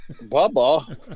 Baba